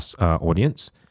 audience